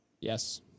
Yes